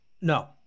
No